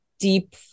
deep